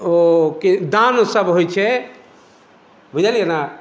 ओ दान सब होइत छै बुझलियै ने